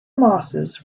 mosses